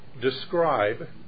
describe